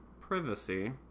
privacy